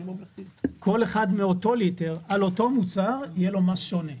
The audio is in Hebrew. לכל אחד מאותו ליטר על אותו מוצר יהיה מס שונה,